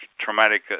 traumatic